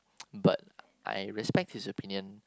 but I respect his opinion